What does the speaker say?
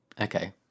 Okay